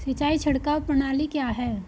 सिंचाई छिड़काव प्रणाली क्या है?